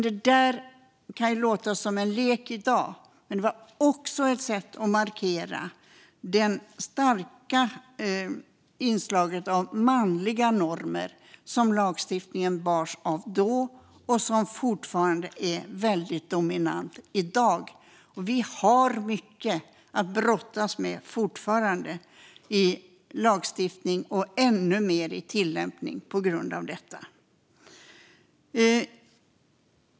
Det kan låta som en lek i dag, men det var också ett sätt att markera det starka inslag av manliga normer som lagstiftningen bar då och som fortfarande är väldigt dominerade i dag. Vi har fortfarande mycket att brottas med i lagstiftningen och ännu mer i tillämpningen på grund av detta.